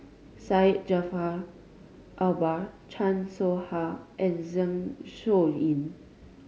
Syed Jaafar Albar Chan Soh Ha and Zeng Shouyin